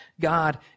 God